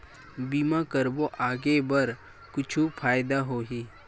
बीमा करबो आगे बर कुछु फ़ायदा होही?